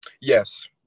Yes